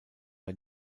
bei